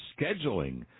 scheduling